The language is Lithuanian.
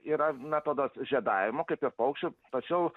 yra metodas žiedavimo kaip ir paukščių tačiau